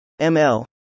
ML